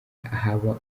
haba